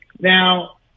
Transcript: Now